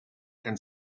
and